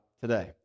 today